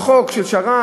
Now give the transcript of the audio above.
על חוק שר"מ,